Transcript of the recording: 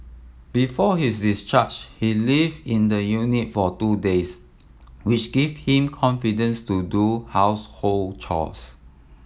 before his discharge he lived in the unit for two days which gave him confidence to do household chores